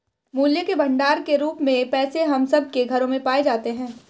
मूल्य के भंडार के रूप में पैसे हम सब के घरों में पाए जाते हैं